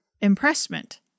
Impressment